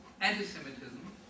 anti-Semitism